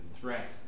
threat